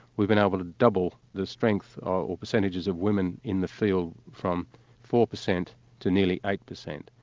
we've been able to double the strength or or percentages of women in the field from four percent to nearly eight percent.